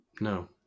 No